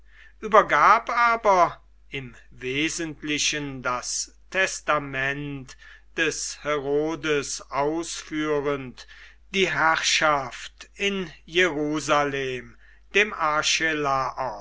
übergab aber im wesentlichen das testament des herodes ausführend die herrschaft in jerusalem dem